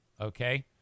Okay